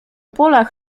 polach